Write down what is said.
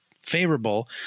favorable